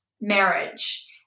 marriage